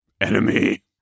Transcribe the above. enemy